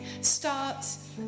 starts